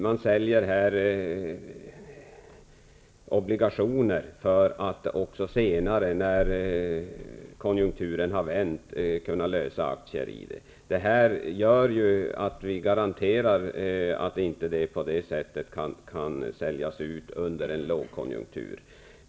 Man säljer obligationer för att också senare, när konjunkturen har vänt, kunna lösa aktier i företaget. Detta innebär att vi garanterar att företaget inte kan säljas ut under en lågkonjunktur.